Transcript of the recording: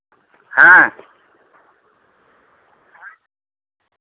ᱦᱮᱸ